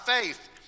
faith